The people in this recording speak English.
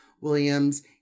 Williams